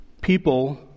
people